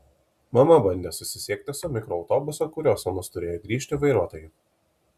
mama bandė susisiekti su mikroautobuso kuriuo sūnus turėjo grįžti vairuotoju